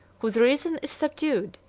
whose reason is subdued,